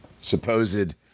supposed